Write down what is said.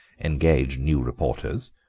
engaged new reporters,